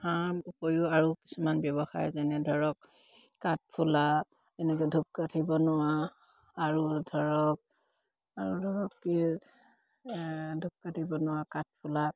হাঁহৰ উপৰিও আৰু কিছুমান ব্যৱসায় যেনে ধৰক কাঠফুলা এনেকে ধূপকাঠী বনোৱা আৰু ধৰক আৰু ধৰক কি ধূপকাঠী বনোৱা কাঠফুলা